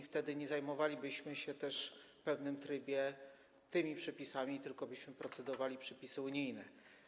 Wtedy nie zajmowalibyśmy się w pewnym trybie tymi przepisami, tylko byśmy procedowali nad przepisami unijnymi.